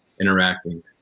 interacting